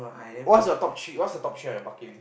what's your top three what's your top three on your bucket list